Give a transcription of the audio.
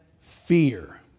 fear